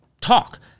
talk